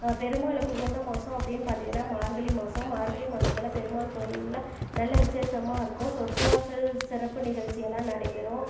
பெருமாளுக்கு உகந்த மாதம் அப்படின்னு பார்த்தீங்கன்னா மார்கழி மாதம் மார்கழி மாதத்துல பெருமாள் கோயிலில் நல்ல விசேஷமா இருக்கும் சொர்க்கவாசல் சிறப்பு நிகழ்ச்சியெல்லாம் நடைபெறும்